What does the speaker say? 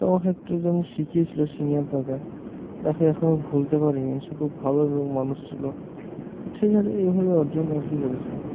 তো আমার ক্ষেত্রে যেমন শিখিয়েছিলো সিনিয়র দাদা তাকে এখনও ভুলতে পারিনি সে খুব ভালো এবং মানুষ ছিল তো ঠিক আছে এইভাবে অর্জন আর কী করেছিলাম